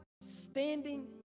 standing